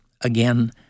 again